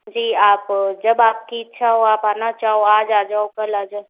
जी आप जब आपकी इच्छा हो आप आना चाहो आज आ जाओ कल आ जाओ